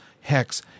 Hex